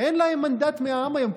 אין להם מנדט מהעם היום.